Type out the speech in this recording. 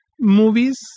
movies